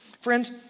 Friends